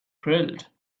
grilled